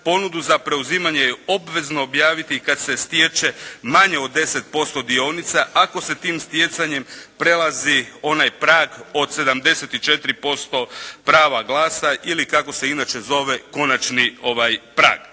Ponudu za preuzimanje je obvezno objaviti je kad se stječe manje od 10% dionica ako se tim stjecanjem prelazi onaj prag od 74% prava glasa ili kako se inače zove konačni prag.